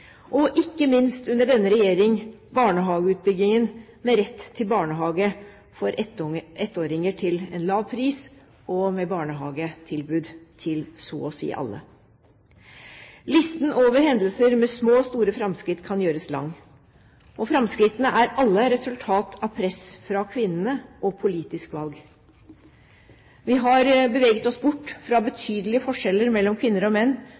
og ikke minst, under denne regjering, barnehageutbyggingen med rett til barnehage for ettåringer til en lav pris og med barnehagetilbud til så å si alle. Listen over hendelser med små og store framskritt kan gjøres lang. Framskrittene er alle resultat av press fra kvinnene og politiske valg. Vi har beveget oss bort fra betydelige forskjeller mellom kvinner og menn